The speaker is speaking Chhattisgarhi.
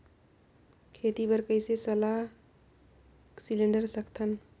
खेती बर कइसे सलाह सिलेंडर सकथन?